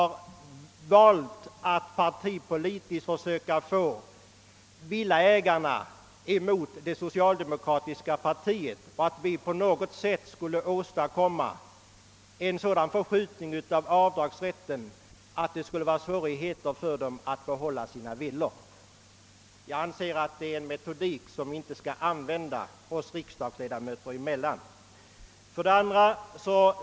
Rent partipolitiskt har herr Ringaby valt den taktiken att få villaägarna att vända sig mot det socialdemokratiska partiet med hänvisning till ifrågavarande motion som dessutom avsiktligt feltolkas. Jag anser detta vara en metod som inte borde behöva förekomma riksdagsledamöter emellan.